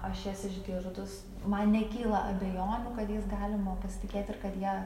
aš jas išgirdus man nekyla abejonių kad jais galima pasitikėt ir kad jie